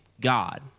God